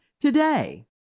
today